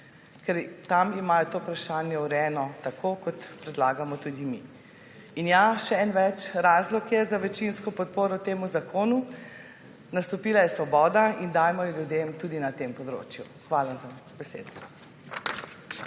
ker tam imajo to vprašanje urejeno tako, kot predlagamo tudi mi. In ja, še en več razlog je za večinsko podporo temu zakonu: nastopila je svoboda in dajmo jo ljudem tudi na tem področju. Hvala za besedo.